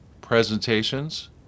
presentations